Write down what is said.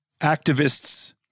activists